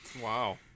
Wow